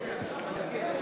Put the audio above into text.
אם כן,